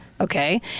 Okay